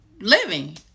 living